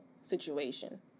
situation